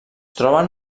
troben